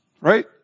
Right